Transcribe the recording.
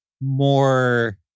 more